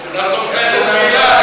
הם יצאו מהממשלה,